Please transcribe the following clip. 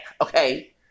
okay